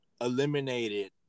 eliminated